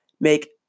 make